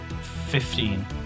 Fifteen